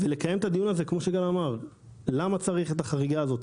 יש לקיים דיון למה צריך את החריגה הזו,